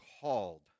called